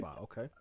Okay